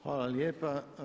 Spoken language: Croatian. Hvala lijepa.